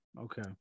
Okay